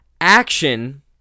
action